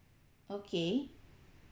okay